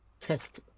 test